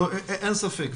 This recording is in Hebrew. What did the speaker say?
אין ספק.